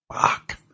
fuck